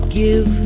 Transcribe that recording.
give